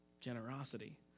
generosity